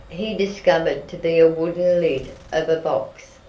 he discovered to be a wooden lid of a box.